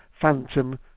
Phantom